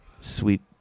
sweet